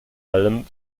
allem